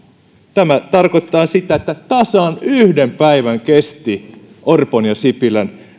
tämä tarkoittaa sitä että tasan yhden päivän kesti orpon ja sipilän